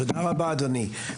תודה רבה אדוני,